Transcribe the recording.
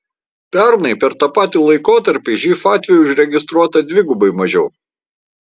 pernai per tą patį laikotarpį živ atvejų užregistruota dvigubai mažiau